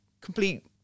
complete